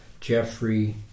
Jeffrey